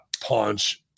punch